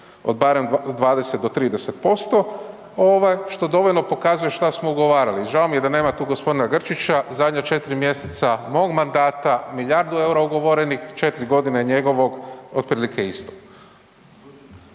od barem 20 do 30% ovaj što dovoljno pokazuje šta smo ugovarali. Žao mi je da nema tu g. Grčića, zadnja 4 mjeseca mog mandata, milijardu EUR-a ugovorenih, 4.g. njegovog otprilike isto.